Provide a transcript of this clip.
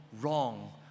wrong